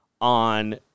on